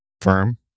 firm